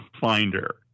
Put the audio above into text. finder